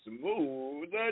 smooth